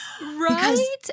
Right